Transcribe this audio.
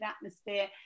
atmosphere